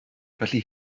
felly